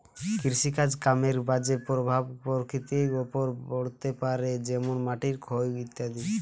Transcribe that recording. কৃষিকাজ কামের বাজে প্রভাব প্রকৃতির ওপর পড়তে পারে যেমন মাটির ক্ষয় ইত্যাদি